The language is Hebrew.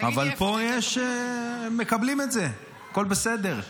אבל פה מקבלים את זה, הכול בסדר.